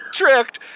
tricked